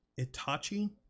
Itachi